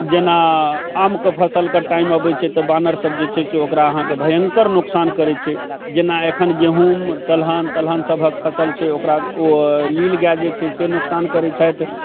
जेना आमके फसलके टाइम अबै छै तऽ बानर सब जे छै से ओकरा अहाँके भयंकर नुकसान करै छै जेना अखन गेहूॅंम दलहन तेलहन सभक फसल छै ओकरा ओ नीलगाय जे छथि से नुकसान करै छथि